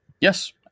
Yes